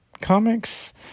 Comics